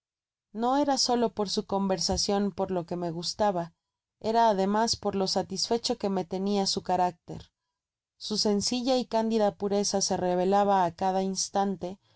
no era solo por su conversacion por lo que me gustaba era ademas por lo satisfecho que me tenia su carácter su sencilla y cándida pureza se revela ba á cada instante y